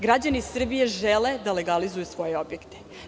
Građani Srbije žele da legalizuju svoje objekte.